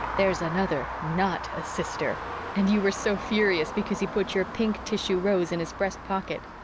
there's another, not a sister and you were so furious because he put your pink tissue rose in his breast pocket!